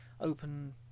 open